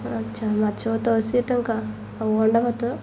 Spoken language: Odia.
ଆଚ୍ଛା ମାଛ ଭାତ ଅଶୀ ଟଙ୍କା ଆଉ ଅଣ୍ଡା ଭାତ